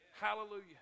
Hallelujah